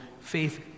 faith